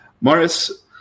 Morris